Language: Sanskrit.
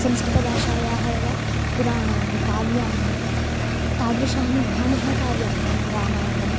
संस्कृतभाषायाः एव पुराणानि काव्यानि तादृशानि महा महाकाव्यानि नाम रामायणं